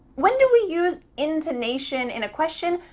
when do we use intonation in a question?